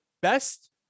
best